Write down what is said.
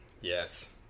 Yes